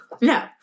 No